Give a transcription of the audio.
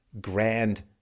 grand